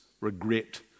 regret